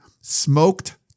smoked